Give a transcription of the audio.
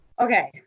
Okay